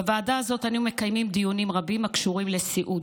בוועדה הזאת אנו מקיימים דיונים רבים הקשורים לסיעוד.